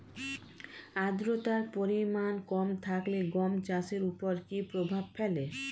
আদ্রতার পরিমাণ কম থাকলে গম চাষের ওপর কী প্রভাব ফেলে?